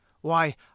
Why